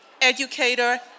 educator